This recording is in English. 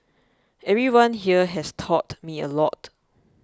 everyone here has taught me a lot